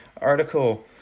article